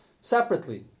separately